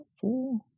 four